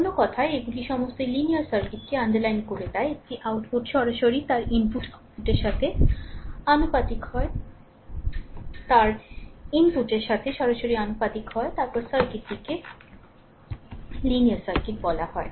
অন্য কথায় এগুলি সমস্তই লিনিয়ার সার্কিটকে আন্ডারলাইন করে দেয় একটি আউটপুট সরাসরি তার ইনপুট আউটপুটের সাথে আনুপাতিক হয় তার ইনপুটের সাথে সরাসরি আনুপাতিক হয় তারপরে সার্কিটটিকে লিনিয়ার সার্কিট বলা হয়